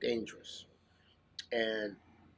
dangerous and